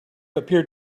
appeared